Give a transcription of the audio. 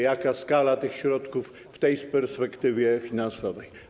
Jaka jest skala tych środków w tej perspektywie finansowej?